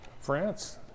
France